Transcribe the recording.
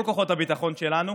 כל כוחות הביטחון שלנו.